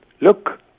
look